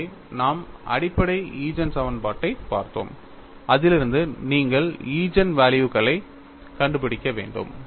எனவே நாம் அடிப்படை ஈஜென் சமன்பாட்டைப் பார்த்தோம் அதிலிருந்து நீங்கள் ஈஜென்வெல்யூக்களைக் கண்டுபிடிக்க வேண்டும்